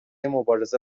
مبارزه